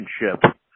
relationship